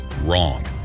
Wrong